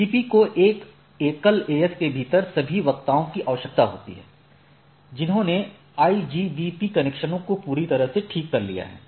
BGP को एक एकल AS के भीतर सभी वक्ताओं की आवश्यकता होती है जिन्होंने IGBP कनेक्शनों को पूरी तरह से ठीक कर लिया है